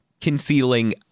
concealing